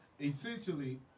Essentially